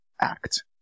act